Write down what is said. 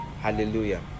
hallelujah